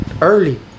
early